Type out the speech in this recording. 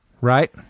Right